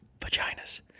vaginas